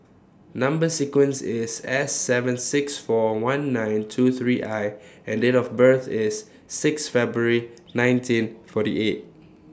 Number sequence IS S seven six four one nine two three I and Date of birth IS six February nineteen forty eight